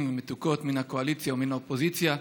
והמתוקות מן הקואליציה ומן האופוזיציה,